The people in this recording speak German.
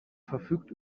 verfügt